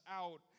out